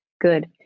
good